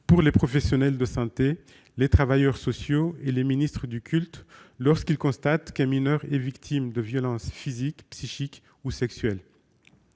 pour les professionnels de santé, les travailleurs sociaux et les ministres du culte lorsqu'ils constatent qu'un mineur est victime de violences physiques, psychiques ou sexuelles.